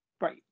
Right